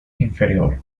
inferior